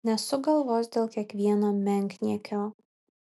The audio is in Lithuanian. nesuk galvos dėl kiekvieno menkniekio